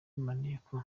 maneko